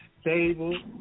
stable